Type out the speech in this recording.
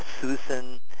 Susan